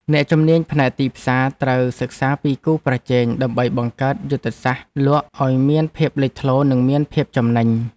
អ្នកជំនាញផ្នែកទីផ្សារត្រូវសិក្សាពីគូប្រជែងដើម្បីបង្កើតយុទ្ធសាស្ត្រលក់ឱ្យមានភាពលេចធ្លោនិងមានភាពចំណេញ។